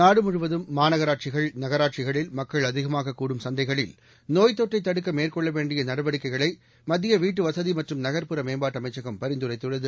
நாடு முழுவதும் மாநகராட்சிகள் நகராட்சிகளில் மக்கள் அதிகமாகக்கூடும் சந்தைகளில் நோய்த்தொற்றை தடுக்க மேற்கொள்ள வேண்டிய நடவடிக்கைகளை மத்திய வீட்டுவசதி மற்றும் நக்ப்புற மேம்பாட்டு அமைச்சகம் பரிந்துரைத்துள்ளது